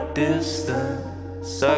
distance